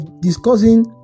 discussing